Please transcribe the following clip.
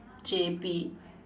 J_B